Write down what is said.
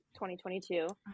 2022